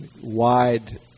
wide